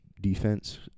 defense